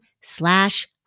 slash